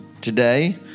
today